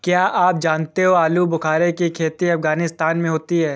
क्या आप जानते हो आलूबुखारे की खेती अफगानिस्तान में होती है